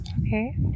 Okay